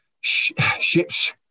ships